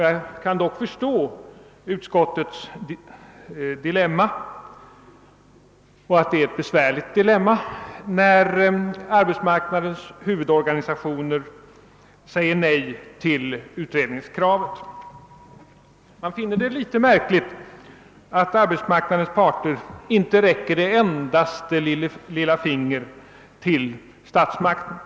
Jag kan dock förstå utskottets dilemma och att det är fråga om ett besvärligt sådant när arbetsmarknadens huvudorganisationer säger nej till utredningskravet. Man finner det en smula märkligt att arbetsmarknadens parter inte räcker minsta lilla finger till statsmakterna.